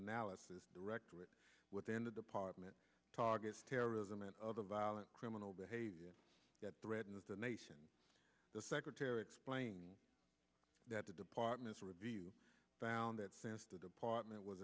analysis directorate within the department targets terrorism and other violent criminal behavior that threatens the nation the secretary explained that the department's review found that since the department was